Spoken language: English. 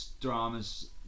dramas